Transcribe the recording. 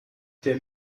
der